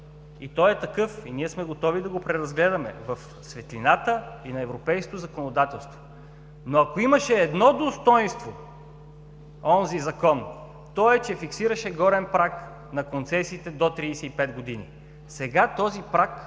Той е такъв и ние сме готови да го преразгледаме в светлината и на европейското законодателство. Но ако имаше едно достойнство онзи Закон, то е, че фиксираше горен праг на концесиите до 35 години. Сега този праг